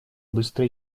быстро